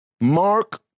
Mark